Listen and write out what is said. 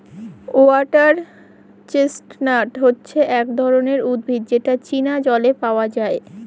water chestnut হচ্ছে এক ধরনের উদ্ভিদ যেটা চীনা জলে পাওয়া যায়